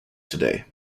today